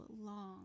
long